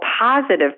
positive